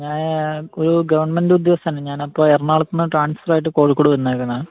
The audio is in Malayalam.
ഞാന് ഒരു ഗവണ്മെന്റ് ഉദ്യോഗസ്ഥനാണ് ഞാൻ അപ്പം എറണാകുളത്ത് നിന്ന് ട്രാന്സ്ഫര് ആയിട്ട് കോഴിക്കോട് വന്നേക്കുന്നത്